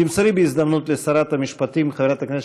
תמסרי בהזדמנות לשרת המשפטים חברת הכנסת